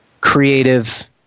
creative